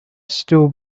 still